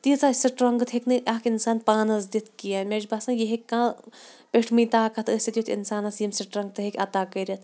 تیٖژاہ سٕٹرٛنٛگٕتھ ہیٚکہِ نہٕ اَکھ اِنسان پانَس دِتھ کینٛہہ مےٚ چھِ باسان یہِ ہیٚکہِ کانٛہہ پیٚٹھمٕے طاقت ٲسِتھ یُتھ اِنسانَس یِم سٕٹرٛنگٕتھٕ ہیٚکہِ عطا کٔرِتھ